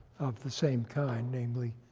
of the same kind namely,